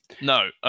No